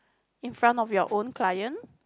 in front of your own client